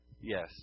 Yes